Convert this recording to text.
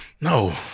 No